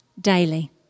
daily